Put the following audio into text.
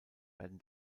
werden